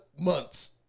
months